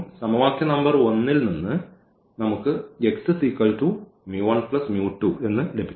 സമവാക്യ നമ്പർ 1 ൽ നിന്ന് നമുക്ക് ഈ ലഭിക്കും